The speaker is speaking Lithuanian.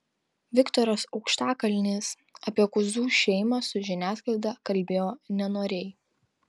viktoras aukštakalnis apie kuzų šeimą su žiniasklaida kalbėjo nenoriai